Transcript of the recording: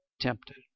tempted